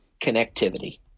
connectivity